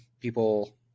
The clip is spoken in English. people